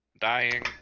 dying